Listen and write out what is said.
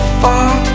far